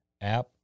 app